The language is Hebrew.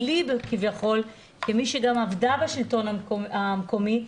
לי כביכול כמי שגם עבדה בשלטון המקומי,